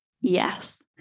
Yes